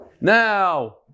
Now